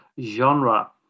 genre